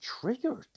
triggered